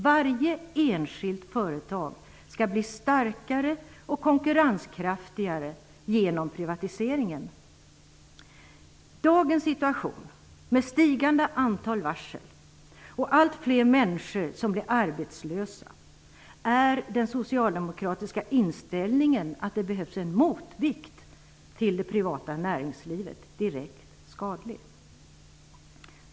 Varje enskilt företag skall bli starkare och konkurrenskraftigare genom privatiseringen. I dagens situation, med stigande antal varsel och alltfler människor som blir arbetslösa, är den socialdemokratiska inställningen att det behövs en motvikt till det privata näringslivet direkt skadlig.